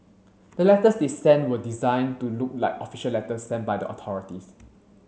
the letters they sent were designed to look like official letters sent by the authorities